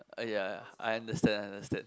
!aiya! I understand understand